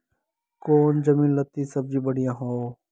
कौन जमीन लत्ती सब्जी बढ़िया हों?